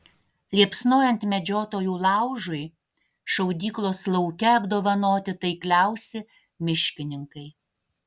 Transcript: liepsnojant medžiotojų laužui šaudyklos lauke apdovanoti taikliausi miškininkai